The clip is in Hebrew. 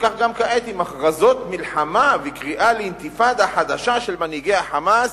וכך גם כעת עם הכרזות מלחמה וקריאה לאינתיפאדה חדשה של מנהיגי ה"חמאס".